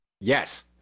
Yes